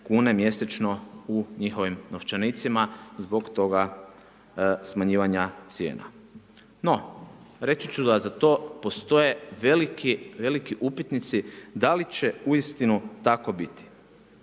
kune mjesečno u njihovim novčanicima zbog toga smanjivanja cijena. No, reći ću da za to postoje veliki upitnici da li će uistinu tako biti.